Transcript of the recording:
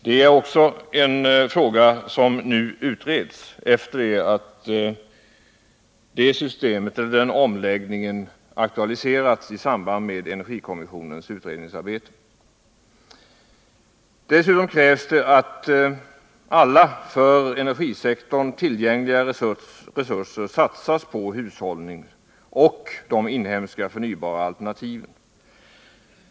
Det är också en fråga som nu utreds efter det att omläggningen aktualiserats i samband med energikommissionens utredningsarbete. Dessutom krävs det att i stort sett alla för energisektorn tillgängliga resurser satsas på hushållning och de inhemska förnybara energialternativen.